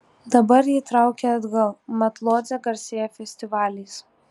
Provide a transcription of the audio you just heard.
dabar jį traukia atgal mat lodzė garsėja festivaliais